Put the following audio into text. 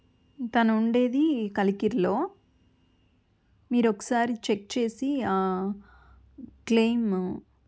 తను ఉండేది కలికిరిలో మీరు ఒకసారి చెక్ చేసి క్లెయిమ్